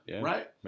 Right